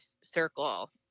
circle